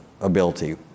ability